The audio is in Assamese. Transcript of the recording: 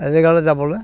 এজেগালৈ যাবলৈ